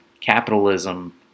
capitalism